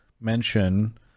mention